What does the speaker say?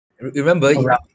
remember